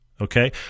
Okay